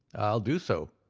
i'll do so,